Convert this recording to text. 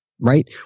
Right